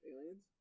Aliens